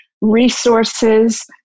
resources